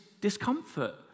discomfort